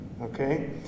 Okay